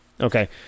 Okay